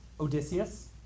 Odysseus